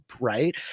right